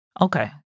Okay